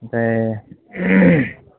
ओमफ्राय